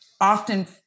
often